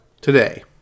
today